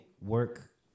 work